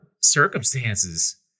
circumstances